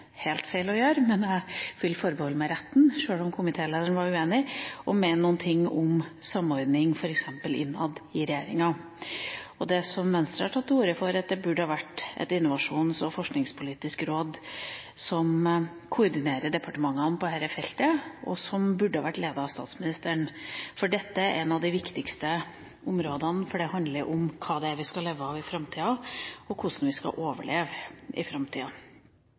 helt feil å gjøre, men jeg vil forbeholde meg retten til, sjøl om komitélederen var uenig, å mene noe om samordning, f.eks. innad i regjeringa. Det Venstre har tatt til orde for, er at det burde ha vært et innovasjons- og forskningspolitisk råd som koordinerer departementene på dette feltet, og det burde ha vært ledet av statsministeren. Dette er et av de viktigste områdene, for det handler om hva vi skal leve av i framtida, og hvordan vi skal overleve i framtida.